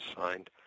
signed